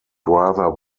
rather